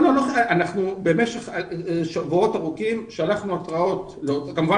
במשך שבועות ארוכים שלחנו התראות לאותה